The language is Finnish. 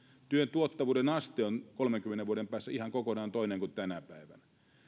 työn tuottavuuden aste on kolmenkymmenen vuoden päästä ihan kokonaan toinen kuin tänä päivänä